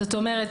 זאת אומרת,